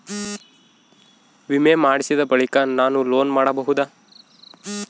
ವಿಮೆ ಮಾಡಿಸಿದ ಬಳಿಕ ನಾನು ಲೋನ್ ಪಡೆಯಬಹುದಾ?